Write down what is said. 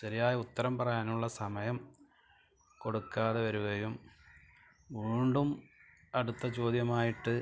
ശരിയായ ഉത്തരം പറയാനുള്ള സമയം കൊടുക്കാതെ വരുകയും വീണ്ടും അടുത്ത ചോദ്യമായിട്ട്